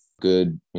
good